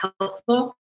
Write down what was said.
helpful